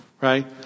right